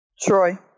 Troy